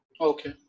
Okay